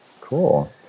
Cool